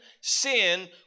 sin